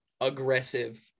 aggressive